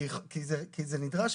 כי זה נדרש,